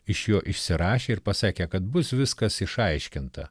iš jo išsirašė ir pasakė kad bus viskas išaiškinta